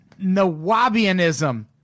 Nawabianism